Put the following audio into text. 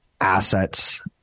assets